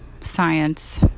science